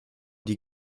die